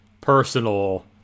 personal